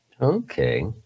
Okay